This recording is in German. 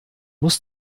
muss